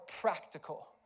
practical